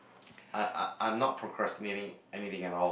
I'm not procrastinating anything at all